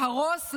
להרוס,